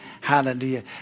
Hallelujah